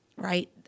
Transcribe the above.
Right